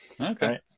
Okay